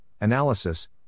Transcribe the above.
analysis